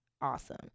awesome